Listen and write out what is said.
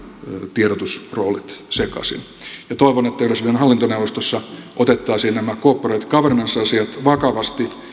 tiedotusroolit sekaisin toivon että yleisradion hallintoneuvostossa otettaisiin nämä corporate governance asiat vakavasti